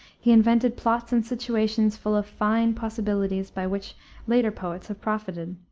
he invented plots and situations full of fine possibilities by which later poets have profited,